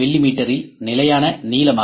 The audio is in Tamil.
மீ இல் நிலையான நீளம் ஆகும்